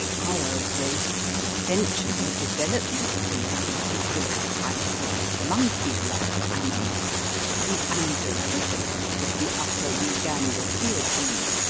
our race is essentially a development from a particular type of monkey-like animal the andropithecus of the upper uganda eocene.